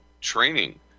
training